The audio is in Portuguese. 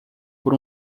por